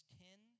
ten